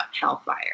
hellfire